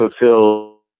fulfill